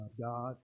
God